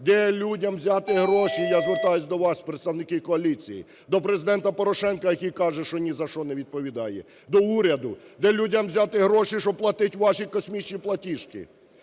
Де людям взяти гроші? Я звертаюся до вас, представники коаліції, до Президента Порошенка, який каже, що ні за що не відповідає, до уряду: де людям взяти гроші, щоб платити ваші космічні платіжки?